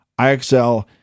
IXL